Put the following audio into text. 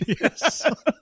Yes